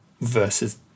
versus